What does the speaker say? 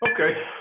Okay